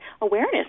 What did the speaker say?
awareness